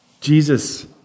Jesus